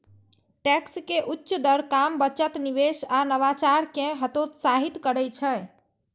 tax के उच्च दर काम, बचत, निवेश आ नवाचार कें हतोत्साहित करै छै